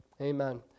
amen